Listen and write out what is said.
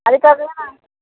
அதுக்காகதாண்ணா